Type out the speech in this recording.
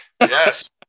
Yes